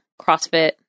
CrossFit